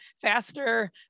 faster